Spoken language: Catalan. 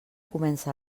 comença